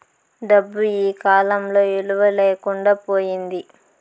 డబ్బు ఈకాలంలో విలువ లేకుండా పోయింది